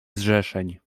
zrzeszeń